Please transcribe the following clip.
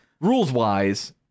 rules-wise